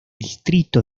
distrito